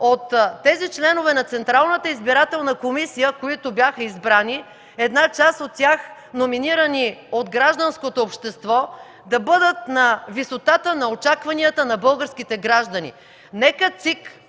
от тези членове на Централната избирателна комисия, които бяха избрани, една част от тях номинирани от гражданското общество, да бъдат на висотата на очакванията на българските граждани. Нека